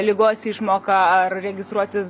ligos išmoką ar registruotis